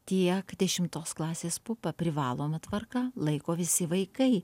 tiek dešimtos klasės pupą privaloma tvarka laiko visi vaikai